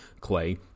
Clay